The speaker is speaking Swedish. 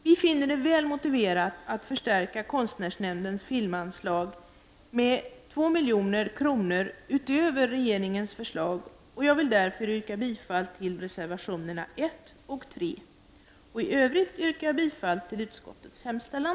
Vi finner det väl motiverat att förstärka konstnärsnämndens filmanslag med 2 milj.kr. utöver regeringens förslag, och jag yrkar därför bifall till reservationerna 1 och 3. I övrigt yrkar jag bifall till utskottets hemställan.